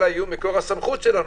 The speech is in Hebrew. אלא יהיו מקור הסמכות שלנו,